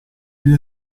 egli